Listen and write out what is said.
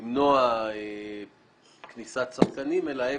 ולמנוע כניסת שחקנים, אלא להיפך.